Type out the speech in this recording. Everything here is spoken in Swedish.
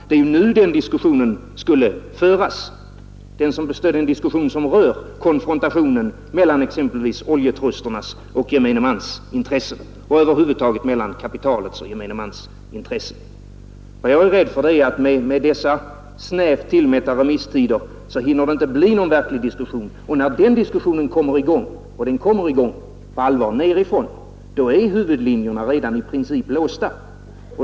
Det är nu diskussionen skulle föras om konfrontationen mellan exempelvis oljetrusternas och gemene mans intressen och över huvud taget mellan kapitalets och gemene mans intressen. Jag är rädd för att det med dessa snävt tillmätta remisstider inte hinner bli någon verklig diskussion och att när den diskussionen kommer i gång — och den kommer i gång på allvar nerifrån — är huvudlinjerna redan i princip låsta.